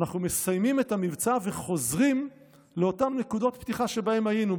אנחנו מסיימים את המבצע וחוזרים לאותן נקודות פתיחה שבהן היינו,